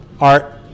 art